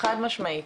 חד משמעית,